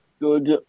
Good